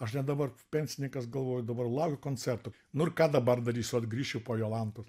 aš net dabar pensininkas galvoju dabar laukiu koncerto nu ir ką dabar darysiu vat grįšiu po jolantos